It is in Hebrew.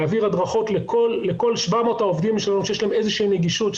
להעביר הדרכות לכל 700 העובדים שלנו שיש להם איזו שהיא נגישות,